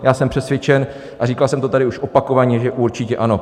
Já jsem přesvědčen a říkal jsem to tady už opakovaně, že určitě ano.